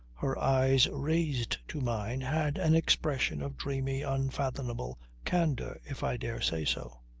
her eyes raised to mine had an expression of dreamy, unfathomable candour, if i dare say so.